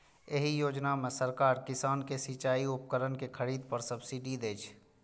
एहि योजना मे सरकार किसान कें सिचाइ उपकरण के खरीद पर सब्सिडी दै छै